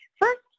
first